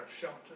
shelter